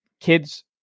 kids